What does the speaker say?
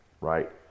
right